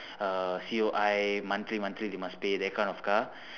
uh C_O_I monthly monthly they must pay that kind of car